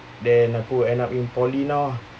then aku end up in poly now